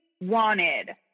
wanted